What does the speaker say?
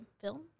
film